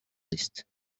list